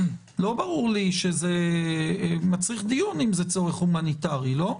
לא ברור לי שזה מצריך דיון אם זה צורך הומניטרי או לא.